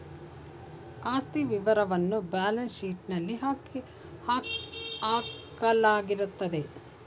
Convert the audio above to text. ಆಸ್ತಿ ವಿವರವನ್ನ ಬ್ಯಾಲೆನ್ಸ್ ಶೀಟ್ನಲ್ಲಿ ಹಾಕಲಾಗಿರುತ್ತದೆ